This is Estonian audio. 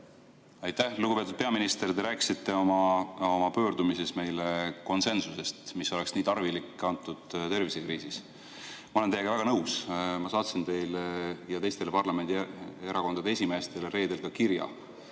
Aitäh! Lugupeetud peaminister! Te rääkisite oma pöördumises meile konsensusest, mis oleks nii tarvilik selles tervisekriisis. Ma olen teiega väga nõus. Ma saatsin teile ja teistele parlamendierakondade esimeestele reedel kirja,